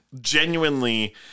Genuinely